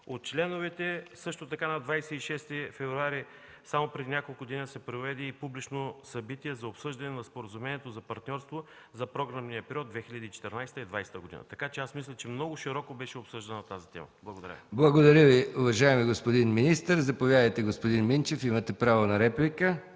от членовете, а също така на 26 февруари, само преди няколко дни, се проведе и публично събитие за обсъждане на Споразумението за партньорство за програмния период 2014-2020 г., така че аз мисля, че много широко беше обсъждана тази тема. Благодаря Ви. ПРЕДСЕДАТЕЛ МИХАИЛ МИКОВ: Благодаря Ви, уважаеми господин министър. Заповядайте, господин Минчев, имате право на реплика.